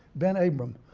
ben abraham.